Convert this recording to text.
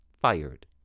fired